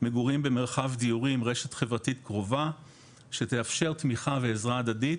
מגורים במרחב דיורי עם רשת חברתית קרובה שתאפשר תמיכה ועזרה הדדית